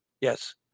Yes